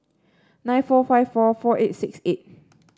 nine four five four four eight six eight